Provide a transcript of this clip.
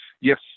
yes